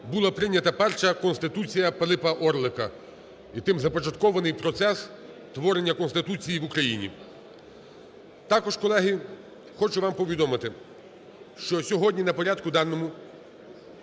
була прийнята перша Конституція Пилипа Орлика і тим започаткований процес творення Конституції в Україні. Також, колеги, хочу вам повідомити, що сьогодні на порядку денному,